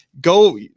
go